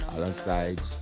Alongside